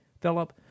Philip